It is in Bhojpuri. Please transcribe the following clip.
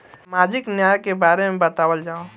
सामाजिक न्याय के बारे में बतावल जाव?